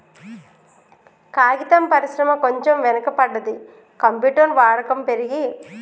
కాగితం పరిశ్రమ కొంచెం వెనక పడ్డది, కంప్యూటర్ వాడకం పెరిగి